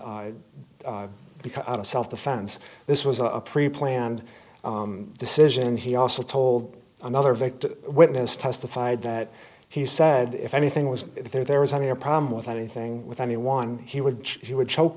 of self defense this was a pre planned decision and he also told another victim witness testified that he said if anything was there there was any problem with anything with anyone he would he would choke